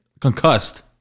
concussed